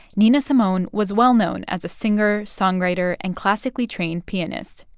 nina simone was well-known as a singer, songwriter and classically trained pianist.